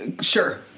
sure